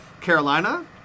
Carolina